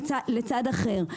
לצד אחר.